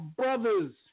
brothers